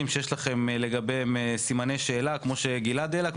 שיש לכם לגביהם סימני שאלה כמו שהעלה חבר כנסת